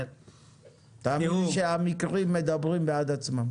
תאמין לי שהמקרים מדברים בעד עצמם.